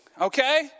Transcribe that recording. okay